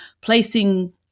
placing